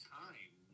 time